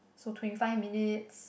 so twenty five minutes